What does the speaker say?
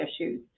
issues